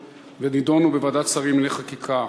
ונדונו בוועדת שרים לענייני חקיקה,